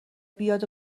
بیاد